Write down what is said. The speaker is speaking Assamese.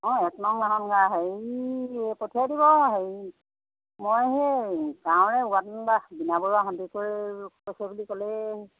অঁ এক নং লাহন গাঁৱৰ হেৰি পঠিয়াই দিব হেৰি মই সেই গাঁৱৰে ৱাৰ্ড নিবাসী বীণা বৰুৱা সন্দিকৈয়ে কৈছে বুলি ক'লেই